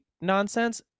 nonsense